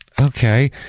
Okay